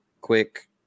quick